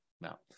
now